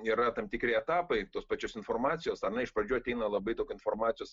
yra tam tikri etapai tos pačios informacijos ar ne iš pradžių ateina labai daug informacijos